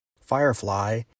Firefly